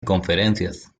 conferencias